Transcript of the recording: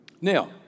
Now